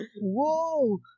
Whoa